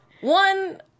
one